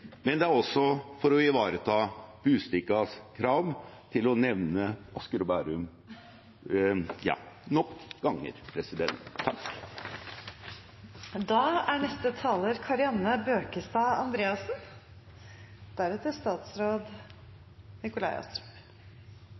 men det er også for å ivareta Budstikkas krav til å nevne Asker og Bærum nok ganger.